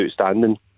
outstanding